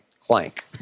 Clank